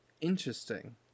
Interesting